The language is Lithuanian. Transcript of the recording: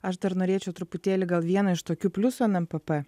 aš dar norėčiau truputėlį gal vieną iš tokių pliusų nmpp